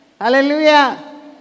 Hallelujah